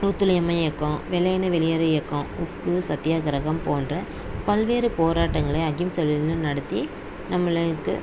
ஒத்துழையாமை இயக்கம் வெள்ளையனே வெளியேறு இயக்கம் உப்பு சத்தியாகிரகம் போன்ற பல்வேறு போராட்டங்களை அகிம்சை வழியில் நடத்தி நம்மளுக்கு